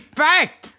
fact